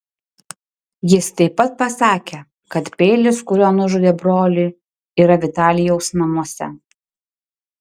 jis taip pat pasakė kad peilis kuriuo nužudė brolį yra vitalijaus namuose